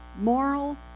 moral